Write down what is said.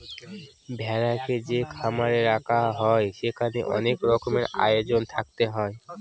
ভেড়াকে যে খামারে রাখা হয় সেখানে অনেক রকমের আয়োজন থাকতে হয়